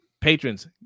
Patrons